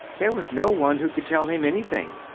there was no one who could tell him anything.